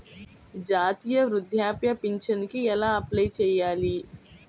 జాతీయ వృద్ధాప్య పింఛనుకి ఎలా అప్లై చేయాలి?